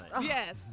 yes